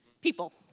people